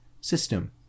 system